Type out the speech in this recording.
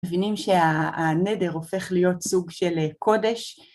מבינים שהנדר הופך להיות סוג של קודש.